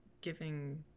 giving